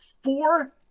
four